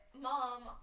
mom